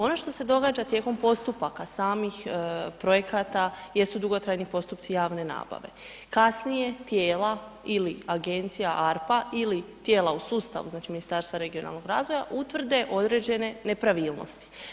Ono što se događa tijekom postupaka samih projekata jesu dugotrajni postupci javne nabave, kasnije tijela ili Agencija ARPA ili tijela u sustavu, znači Ministarstva regionalnog razvoja, utvrde određene nepravilnosti.